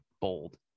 Bold